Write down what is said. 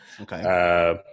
Okay